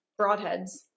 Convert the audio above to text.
broadheads